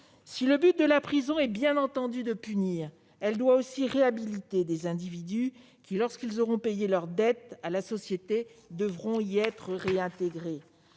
Le but de la prison est, bien entendu, de punir, mais elle doit aussi réhabiliter des individus qui, lorsqu'ils auront payé leur dette à la société, devront y être réintégrés.